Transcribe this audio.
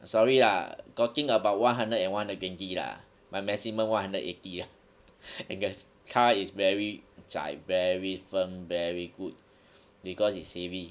sorry lah talking about one hundred and one hundred twenty lah my maximum one hundred eighty ah and the car is very zai very firm very good because it's heavy